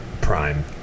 Prime